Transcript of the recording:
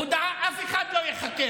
הודעה, אף אחד לא ייחקר,